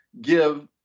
give